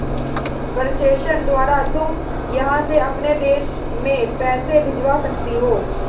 प्रेषण द्वारा तुम यहाँ से अपने देश में पैसे भिजवा सकती हो